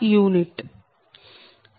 u